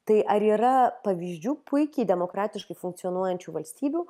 tai ar yra pavyzdžių puikiai demokratiškai funkcionuojančių valstybių